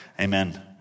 Amen